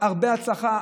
הרבה הצלחה,